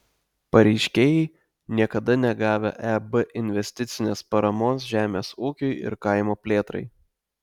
pareiškėjai niekada negavę eb investicinės paramos žemės ūkiui ir kaimo plėtrai